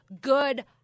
good